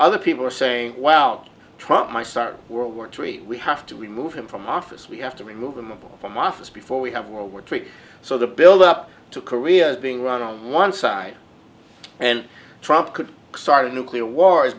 other people are saying well trot my start world war three we have to remove him from office we have to remove them from office before we have world war three so the build up to korea is being run on one side and trump could start a nuclear war is